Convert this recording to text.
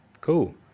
Cool